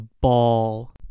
ball